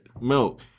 Milk